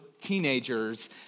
teenagers